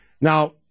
Now